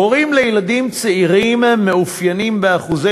הורים לילדים צעירים מאופיינים באחוזי